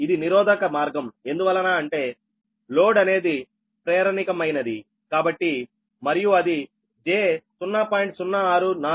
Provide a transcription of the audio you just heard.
ఇది నిరోధక మార్గం ఎందువలన అంటే లోడ్ అనేది ప్రేరణికమయినది కాబట్టి మరియు అది j0